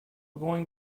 going